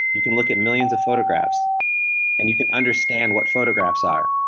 you can look at millions of photographs and you could understand what photographs are,